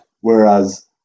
Whereas